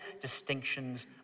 distinctions